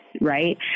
right